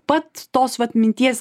pat tos vat minties